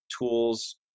tools